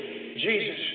Jesus